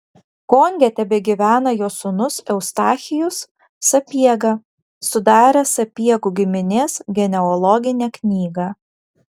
konge tebegyvena jo sūnus eustachijus sapiega sudaręs sapiegų giminės genealoginę knygą